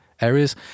areas